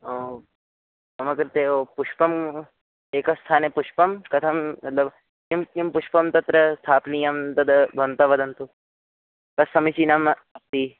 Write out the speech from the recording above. ओ मम कृते वस पुष्पम् एकस्थाने पुष्पं कथं लो किं पुष्पं तत्र स्थापनीयं तद् भवन्तः वदन्तु किं समिचीनम् अस्ति